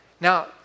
Now